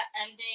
ending